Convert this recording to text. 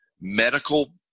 medical